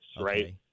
right